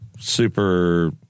Super